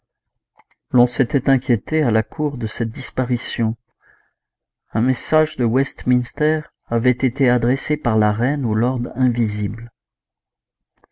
l'on s'était inquiété à la cour de cette disparition un message de westminster avait été adressé par la reine au lord invisible